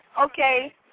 Okay